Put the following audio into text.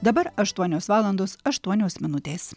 dabar aštuonios valandos aštuonios minutės